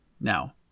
Now